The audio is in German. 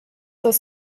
das